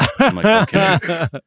Okay